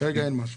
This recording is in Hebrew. כרגע אין משהו.